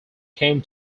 came